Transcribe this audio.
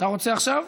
רוצה עכשיו,